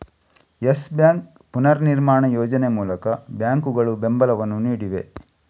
Yes Bank ಪುನರ್ನಿರ್ಮಾಣ ಯೋಜನೆ ಮೂಲಕ ಬ್ಯಾಂಕುಗಳು ಬೆಂಬಲವನ್ನು ನೀಡಿವೆ